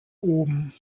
oben